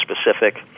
specific